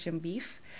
beef